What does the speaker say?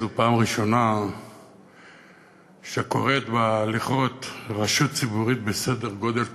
זו פעם ראשונה שכורת בא לכרות רשות ציבורית בסדר גודל כזה,